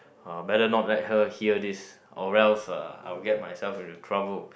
uh better not let her hear this or else uh I will get myself into trouble